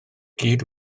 gyd